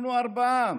אנחנו ארבעה.